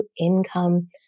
income